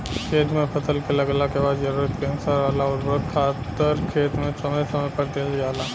खेत में फसल के लागला के बाद जरूरत के अनुसार वाला उर्वरक खादर खेत में समय समय पर दिहल जाला